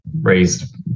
raised